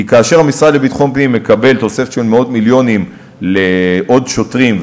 כי כאשר המשרד לביטחון פנים מקבל שוטף של מאות-מיליונים לעוד שוטרים,